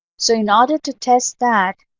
so in order to test that,